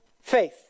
faith